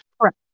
correct